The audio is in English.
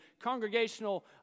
congregational